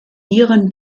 ihren